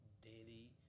daily